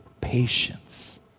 patience